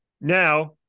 Now